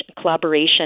collaboration